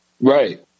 Right